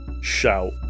shout